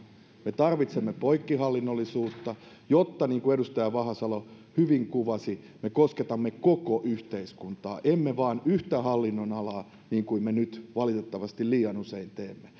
me tarvitsemme poikkihallinnollisuutta jotta niin kuin edustaja vahasalo hyvin kuvasi me kosketamme koko yhteiskuntaa emme vain yhtä hallinnonalaa niin kuin me nyt valitettavasti liian usein teemme